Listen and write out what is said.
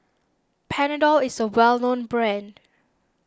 Panadol is a well known brand